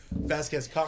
Vasquez